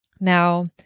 Now